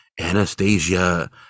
Anastasia